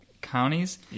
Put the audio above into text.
counties